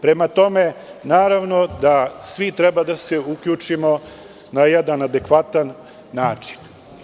Prema tome, naravno da svi treba da se uključimo na jedan adekvatan način.